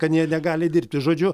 kad jie negali dirbti žodžiu